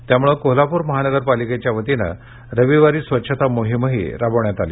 त्यामुळे कोल्हापूर महानगरपालिकेच्या वतीने रविवारी स्वच्छता मोहिमही राबवण्यात आली